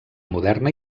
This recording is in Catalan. moderna